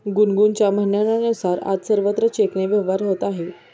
गुनगुनच्या म्हणण्यानुसार, आज सर्वत्र चेकने व्यवहार होत आहे